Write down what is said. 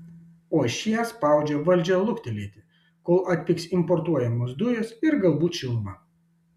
o šie spaudžia valdžią luktelėti kol atpigs importuojamos dujos ir galbūt šiluma